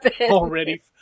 Already